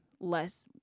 less